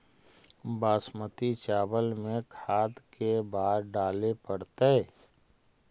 बासमती चावल में खाद के बार डाले पड़तै?